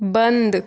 बंद